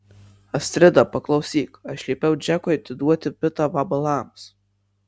astrida paklausyk aš liepiau džekui atiduoti pitą vabalams